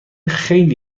خیلی